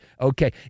Okay